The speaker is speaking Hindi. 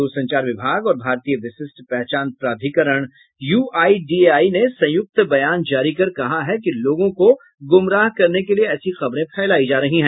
दूर संचार विभाग और भारतीय विशिष्ट पहचान प्राधिकरण यूआईडीएआई ने संयुक्त बयान जारी कर कहा है कि लोगों को गुमराह करने के लिए ऐसी खबरें फैलाई जा रही है